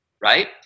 right